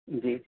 جی